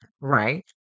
Right